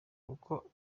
kuko